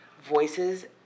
voices